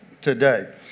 today